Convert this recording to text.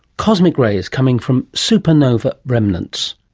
cosmic rays coming from supernova remnants,